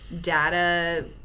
data –